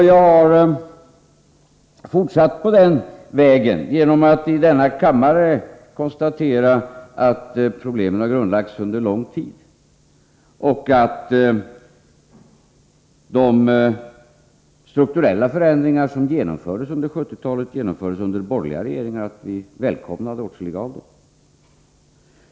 Jag har fortsatt på den vägen genom att i denna kammare konstatera att problemen har grundlagts under lång tid och att vi välkomnade åtskilliga av de strukturella förändringar som genomfördes under 1970-talet av borgerliga regeringar.